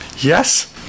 Yes